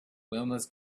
wilma’s